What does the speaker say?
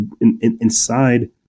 inside